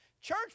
Church